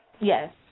Yes